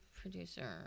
producer